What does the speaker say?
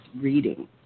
reading